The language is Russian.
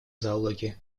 зоологии